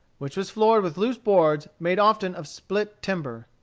which was floored with loose boards made often of split timber.